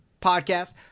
podcast